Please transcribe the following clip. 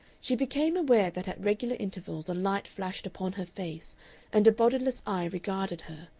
she became aware that at regular intervals a light flashed upon her face and a bodiless eye regarded her,